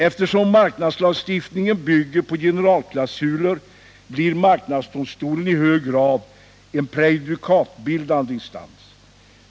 Eftersom marknadslagstiftningen bygger på generalklausuler blir marknadsdomstolen i hög grad en prejudikatsbildande instans.